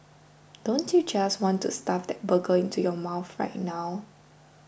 don't you just want to stuff that burger into your mouth right now